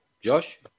Josh